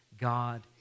God